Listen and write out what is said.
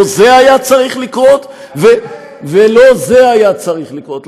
לא זה היה צריך לקרות ולא זה היה צריך לקרות.